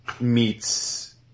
meets